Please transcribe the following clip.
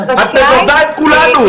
את מבזה את כולנו,